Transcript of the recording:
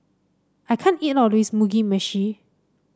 I can't eat all of this Mugi Meshi